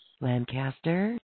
Lancaster